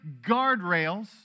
guardrails